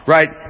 Right